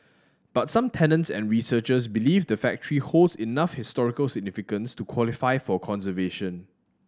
but some tenants and researchers believe the factory holds enough historical significance to qualify for conservation